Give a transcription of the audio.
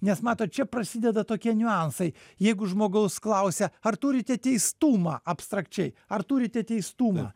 nes matot čia prasideda tokie niuansai jeigu žmogaus klausia ar turite teistumą abstrakčiai ar turite teistumą